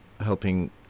helping